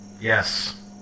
Yes